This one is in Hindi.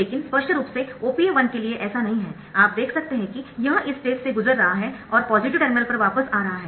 लेकिन स्पष्ट रूप से OPA 1 के लिए ऐसा नहीं है आप देख सकते है कि यह इस स्टेज से गुजर रहा है और पॉजिटिव टर्मिनल पर वापस आ रहा है